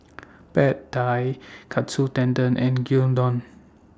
Pad Thai Katsu Tendon and Gyudon